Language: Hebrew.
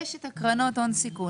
יש את הקרנות הון סיכון.